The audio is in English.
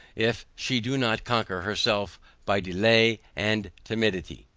if she do not conquer herself by delay and timidity.